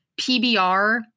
PBR